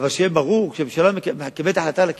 אבל שיהיה ברור שהממשלה מקבלת החלטה על הקיצוץ,